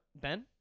Ben